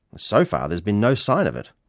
so far there's been no sign of it.